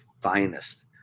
finest